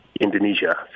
Indonesia